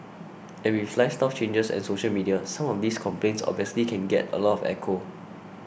every flat style changes and social media some of these complaints obviously can get a lot of echo